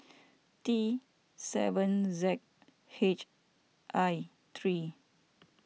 T seven Z H I three